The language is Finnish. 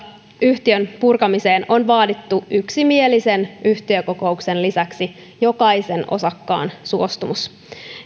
yhtiön purkamiseen on vaadittu yksimielisen yhtiökokouksen lisäksi jokaisen osakkaan suostumus